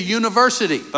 university